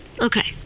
Okay